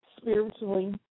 spiritually